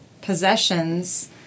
possessions